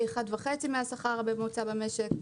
פי 1.5 מהשכר הממוצע במשק.